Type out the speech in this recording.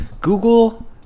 Google